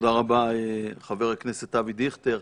תודה רבה, חבר הכנסת אבי דיכטר.